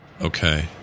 Okay